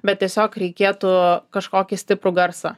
bet tiesiog reikėtų kažkokį stiprų garsą